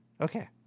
Okay